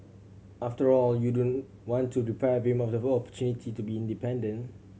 after all you don't want to deprive him of the opportunity to be independent